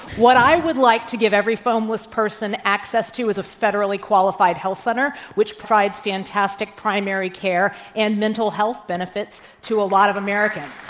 what i like to give every homeless person access to is a federally qualified health center, which provides fantastic primary care and mental health benefits to a lot of americans.